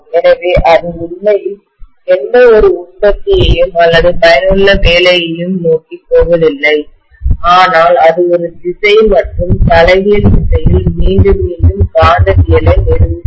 எனவே அது உண்மையில் எந்தவொரு உற்பத்தியையும் அல்லது பயனுள்ள வேலையையும் நோக்கிப் போவதில்லை ஆனால் அது ஒரு திசை மற்றும் தலைகீழ் திசையில் மீண்டும் மீண்டும் காந்தவியலை நிறுவுகிறது